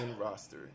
roster